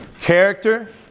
Character